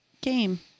game